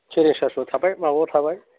थाबाय माबायाव थाबाय